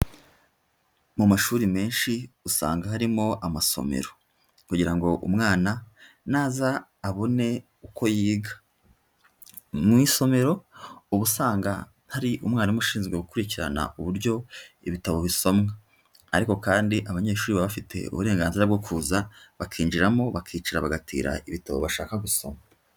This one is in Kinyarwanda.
Mu mashuri menshi usanga harimo amasomero kugira ngo umwana naza abone uko yiga. Mu isomero uba usanga hari umwarimu ushinzwe gukurikirana uburyo ibitabo bisomwa ariko kandi abanyeshuri baba bafite uburenganzira bwo kuza bakinjiramo, bakicara bagatira ibitabo bashaka gusoma.